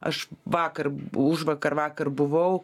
aš vakar b užvakar vakar buvau